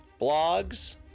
blogs